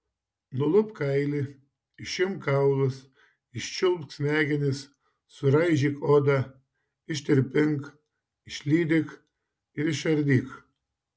nulupk kailį išimk kaulus iščiulpk smegenis suraižyk odą ištirpink išlydyk ir išardyk